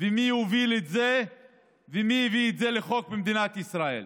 ומי הוביל את זה ומי הביא את זה לחוק במדינת ישראל,